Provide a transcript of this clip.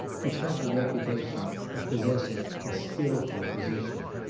which had the reputation of possessing a skilful physician.